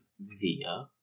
via